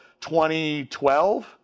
2012